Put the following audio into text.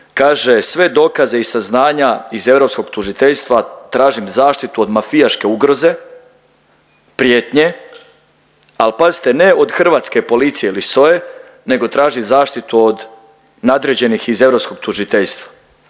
kaže, sve dokaze i saznanja iz europskog tužiteljstva tražim zaštitu od mafijaške ugroze, prijetnje, ali pazite, ne od hrvatske policije ili SOA-e, nego traži zaštitu od nadređenih iz europskog tužiteljstva.